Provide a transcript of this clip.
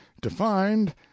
defined